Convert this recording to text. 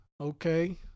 Okay